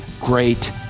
great